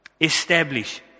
Establish